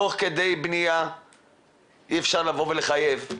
תוך כדי בניה אי אפשר לבוא ולחייב.